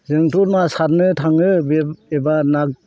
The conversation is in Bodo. जोंथ' ना सारनो थाङो एबा ना